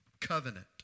covenant